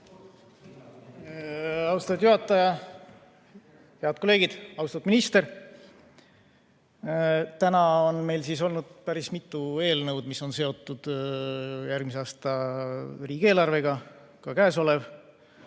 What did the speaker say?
Austatud juhataja! Head kolleegid! Austatud minister! Täna on meil olnud siin päris mitu eelnõu, mis on seotud järgmise aasta riigieelarvega, nii ka käesolev.